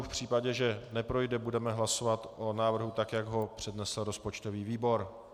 V případě, že neprojde, budeme hlasovat o návrhu tak, jak ho přednesl rozpočtový výbor.